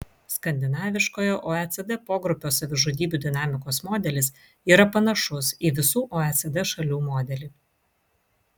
skandinaviškojo oecd pogrupio savižudybių dinamikos modelis yra panašus į visų oecd šalių modelį